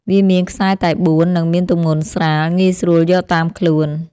វាមានខ្សែតែបួន និងមានទម្ងន់ស្រាល ងាយស្រួលយកតាមខ្លួន។